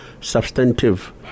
substantive